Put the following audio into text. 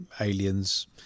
aliens